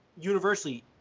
universally